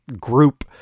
group